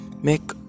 make